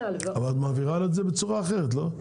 אבל את מעבירה לו את זה בצורה אחרת, לא?